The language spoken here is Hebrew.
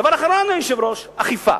דבר אחרון, היושב-ראש, אכיפה.